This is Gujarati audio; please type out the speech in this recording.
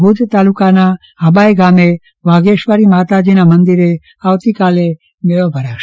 ભુજ તાલુકાના હબાય ગામે વાઘેશ્વરી માતાજીના મંદિરે આવતીકાલે મેળો ભરાશે